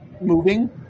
moving